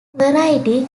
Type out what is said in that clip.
variety